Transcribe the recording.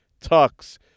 Tucks